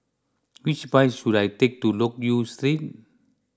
which bus should I take to Loke Yew Street